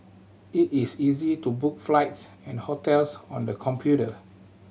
it is easy to book flights and hotels on the computer